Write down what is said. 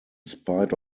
spite